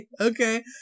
okay